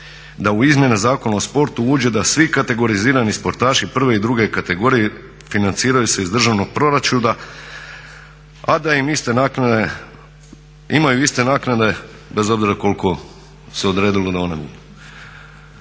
da u izmjene Zakona o sportu uđe da svi kategorizirani sportaši prve i druge kategorije financiraju se iz državnog proračuna a da im iste naknade, imaju iste naknade bez obzira koliko se odredilo na